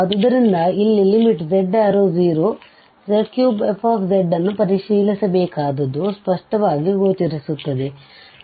ಆದ್ದರಿಂದ ಇಲ್ಲಿ z→0z3fz ನ್ನು ಪರಿಶೀಲಿಸಬೇಕಾದದ್ದು ಸ್ಪಷ್ಟವಾಗಿ ಗೋಚರಿಸುತ್ತದೆ